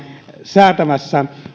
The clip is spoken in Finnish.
säätämässä